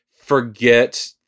forget